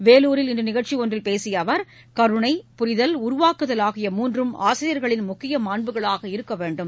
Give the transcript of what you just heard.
வேலூரில் இன்று நிகழ்ச்சி ஒன்றில் பேசிய அவர் கருணை புரிதல் உருவாக்குதல் ஆகிய மூன்றும் ஆசிரியர்களின் முக்கிய மாண்புகளாக இருக்க வேண்டும் என்றார்